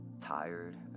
tired